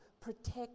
protect